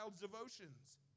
devotions